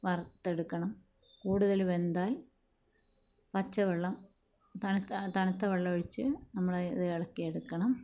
വാർത്തെടുക്കണം കുടുതൽ വെന്താൽ പച്ചവെള്ളം തണുത്താൽ തണുത്ത വെള്ളം ഒഴിച്ച് നമ്മളിത് ഇളക്കി എടുക്കണം